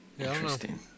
Interesting